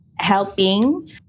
helping